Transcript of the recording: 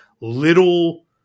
little